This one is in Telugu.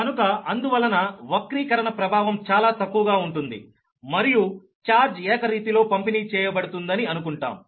కనుక అందువలన డిస్టోర్షన్ ప్రభావం చాలా తక్కువగా ఉంటుంది మరియు ఛార్జ్ ఏకరీతిలో పంపిణీ చేయబడుతుందని అనుకుంటాం